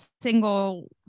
single